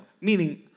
meaning